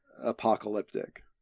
apocalyptic